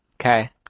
Okay